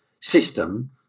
system